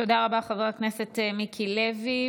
תודה רבה, חבר הכנסת מיקי לוי.